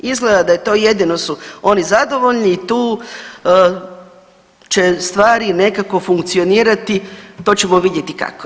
Izgleda da je to, jedino su oni zadovoljni i tu će stvari nekako funkcionirati, to ćemo vidjeti kako.